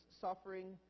suffering